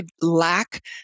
lack